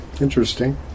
Interesting